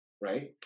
right